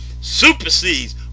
supersedes